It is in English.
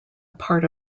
part